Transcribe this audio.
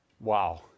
Wow